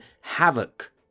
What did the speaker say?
havoc